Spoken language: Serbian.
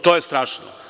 To je strašno.